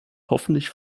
hoffentlich